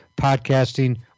podcasting